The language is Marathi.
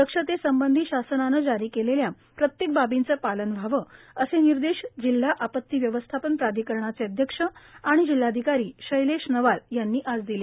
दक्षतेसंबंधी शासनाने जारी केलेल्या प्रत्येक बाबीचे पालन व्हावे असे निर्देश जिल्हा आपत्ती व्यवस्थापन प्राधिकरणाचे अध्यक्ष आणि जिल्हाधिकारी शैलेश नवाल यांनी आज दिले